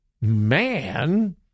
man